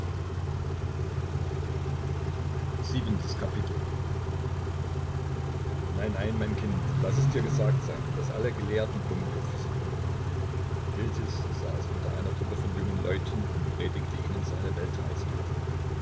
nein nein mein kind laß es dir gesagt sein daß alle gelehrten dummköpfe sind iltis saß unter einer gruppe von jungen leuten und predigte ihnen seine